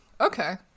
Okay